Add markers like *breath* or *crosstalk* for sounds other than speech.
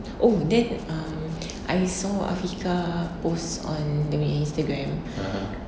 oh that um I saw afika posts on dia punya Instagram *breath*